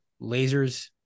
lasers